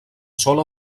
sola